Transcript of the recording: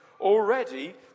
Already